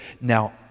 Now